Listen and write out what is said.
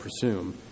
presume